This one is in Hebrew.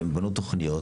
והם בנו תוכניות.